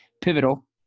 pivotal